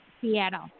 Seattle